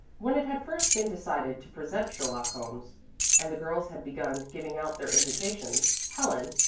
when it had first been decided to present sherlock holmes and the girls had begun giving out their invitations, helen,